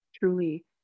Truly